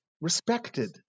respected